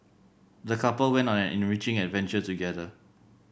the couple went on an enriching adventure together